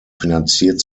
finanziert